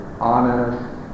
honest